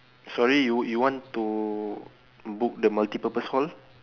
sorry you you want to book the multi purpose hall